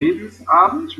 lebensabend